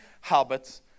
habits